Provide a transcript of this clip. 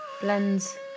Blends